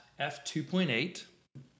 f2.8